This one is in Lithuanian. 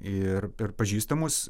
ir per pažįstamus